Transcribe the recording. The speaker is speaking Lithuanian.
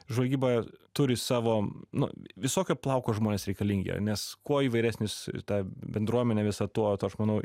žvalgyba turi savo nu visokio plauko žmonės reikalingi nes kuo įvairesnis ta bendruomenė visa tuo tuo aš manau